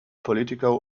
political